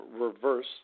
reverse